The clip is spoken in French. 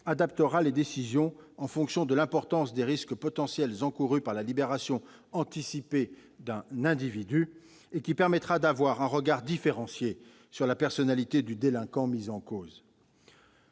adaptera les décisions en fonction des risques potentiels liés à la libération anticipée d'un individu et qui permettra d'avoir un regard différencié sur la personnalité du délinquant mis en cause.